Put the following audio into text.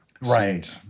right